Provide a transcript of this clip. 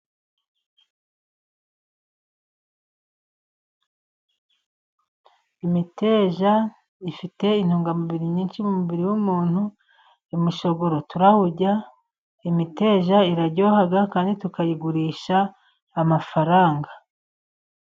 Imiteja ifite intungamubiri nyinshi mu mubiri w'umuntu imishogoro turayirya, imiteja iraryoha kandi tukayigurisha amafaranga.